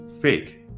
fake